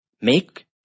Make